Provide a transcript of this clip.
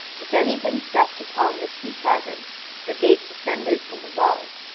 if anything stepped upon this contrivance the gate descended from above,